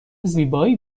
زیبایی